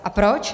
A proč?